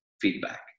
feedback